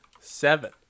Seven